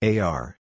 AR